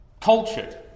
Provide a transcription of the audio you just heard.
Cultured